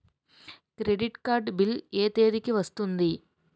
Credit card bill ఎ తేదీ కి వస్తుంది?